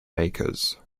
makers